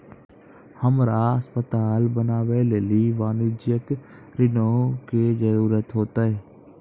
हमरा अस्पताल बनाबै लेली वाणिज्यिक ऋणो के जरूरत होतै